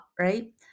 right